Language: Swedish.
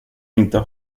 inte